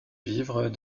vivre